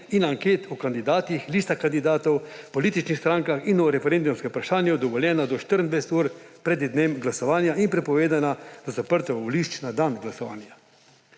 in anket o kandidatih, listah kandidatov, političnih strankah in o referendumskem vprašanju dovoljena do 24 ur pred dnem glasovanja in prepovedana do zaprtja volišč na dan glasovanja.